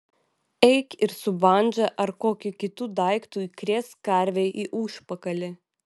eik ir su bandža ar kokiu kitu daiktu įkrėsk karvei į užpakalį